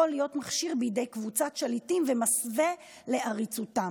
להיות מכשיר בידי קבוצת שליטים ומסווה לעריצותם.